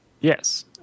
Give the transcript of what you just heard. Yes